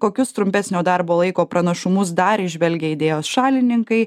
kokius trumpesnio darbo laiko pranašumus dar įžvelgia idėjos šalininkai